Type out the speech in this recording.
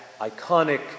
iconic